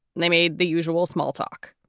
they made the usual small talk.